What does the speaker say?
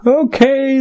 okay